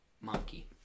monkey